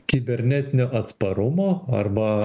kibernetinio atsparumo arba